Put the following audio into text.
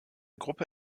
gruppe